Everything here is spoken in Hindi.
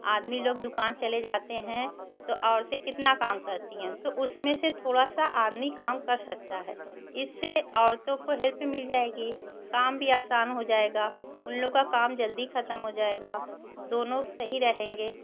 आदमी लोग दुकान चले जाते हैं तो औरतें कितना काम करती हैं तो उसमें से थोड़ा आदमी काम कर सकता है इससे औरतों को हेल्प भी मिल जाएगी काम भी आसान हो जाएगा उन लोग का काम जल्दी ख़त्म हो जाएगा दोनों सही रहेंगे